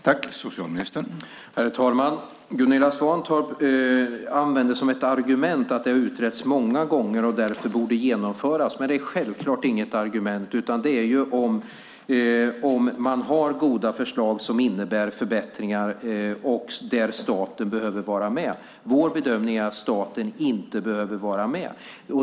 Herr talman! Gunilla Svantorp använder som ett argument att frågan har utretts många gånger och därför borde förslagen genomföras. Men det är självklart inget argument. Det gäller om man har goda förslag som innebär förbättringar och där staten behöver vara med. Vår bedömning är att staten inte behöver vara med.